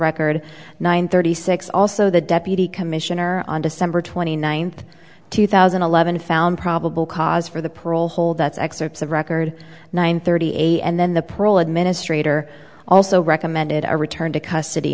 record nine thirty six also the deputy commissioner on december twenty ninth two thousand and eleven found probable cause for the parole hold that's excerpts of record one thirty eight and then the prole administrator also recommended a return to custody